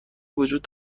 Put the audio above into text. وجود